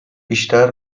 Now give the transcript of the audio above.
بیشتر